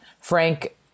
Frank